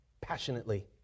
passionately